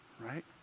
right